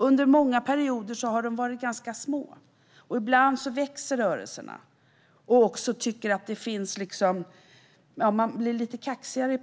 Under många perioder har dessa grupper varit ganska små. Men ibland växer rörelserna och blir i perioder lite kaxigare.